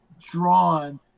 drawn